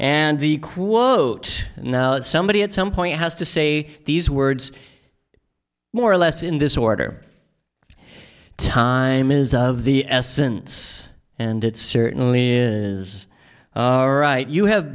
and the quote now is somebody at some point has to say these words more or less in this order time is of the essence and it certainly is our right you have